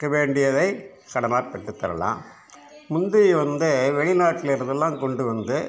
இருக்க வேண்டியதை சடனா பெற்றுத்தரலாம் முந்தி வந்து வெளிநாட்டில் இருக்கிறதெல்லாம் கொண்டு வந்து